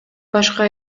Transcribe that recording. башка